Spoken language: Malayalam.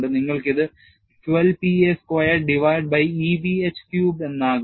നിങ്ങൾക്ക് ഇത് 12 P a squared divided by E B h cubed എന്നാകും